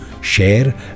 share